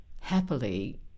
happily